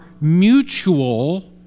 mutual